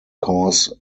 cause